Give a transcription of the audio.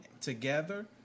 together